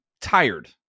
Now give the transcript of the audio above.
tired